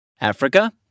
Africa